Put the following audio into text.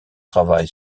travail